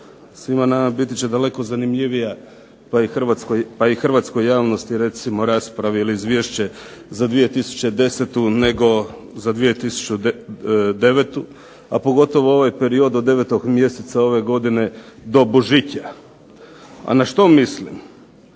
Svima nama biti će daleko zanimljivija, pa i hrvatskoj javnosti, recimo rasprava ili Izvješće za 2010. nego za 2009., a pogotovo ovaj period od 9. mjeseca ove godine do Božića. A na što mislim?